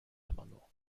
amendement